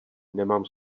nemám